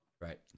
right